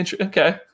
okay